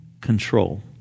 control